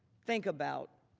think about